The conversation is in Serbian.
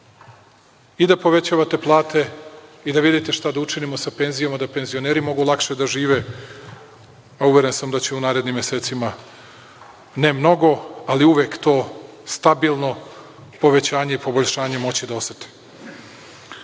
i da povećavate plate i da vidite šta da učinimo sa penzijama, da penzioneri mogu lakše da žive, a uveren sam da će u narednim mesecima ne mnogo, ali uvek to stabilno povećanje i poboljšanje moći da osete. Nakon